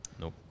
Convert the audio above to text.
Nope